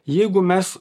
jeigu mes